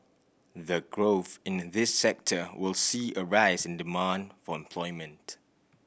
the growth in this sector will see a rise in demand for employment